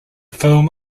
film